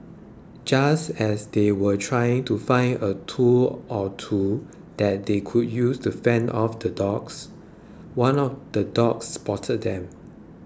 just as they were trying to find a tool or two that they could use to fend off the dogs one of the dogs spotted them